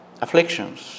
afflictions